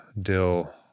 dill